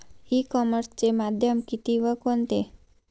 E कॉमर्सचे माध्यम किती व कोणते?